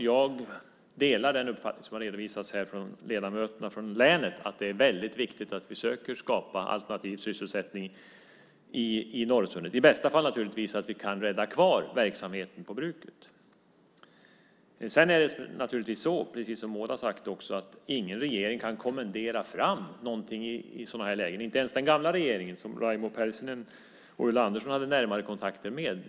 Jag delar den uppfattning som har redovisats av ledamöterna från länet, nämligen att det är mycket viktigt att vi försöker att skapa alternativ sysselsättning i Norrsundet och i bästa fall rädda kvar verksamheten på bruket. Det är naturligtvis så, precis som Maud har sagt, att ingen regering kan kommendera fram någonting i sådana här lägen. Det kunde inte ens den gamla regeringen som Raimo Pärssinen och Ulla Andersson hade närmare kontakter med.